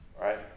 Right